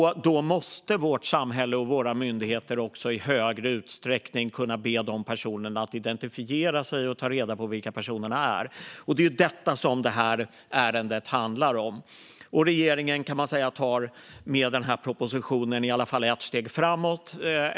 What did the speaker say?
Vårt samhälle och våra myndigheter måste i större utsträckning kunna be de personerna att identifiera sig och kunna ta reda på vilka de är. Det är detta som det här ärendet handlar om. Regeringen tar med den här propositionen ett steg framåt.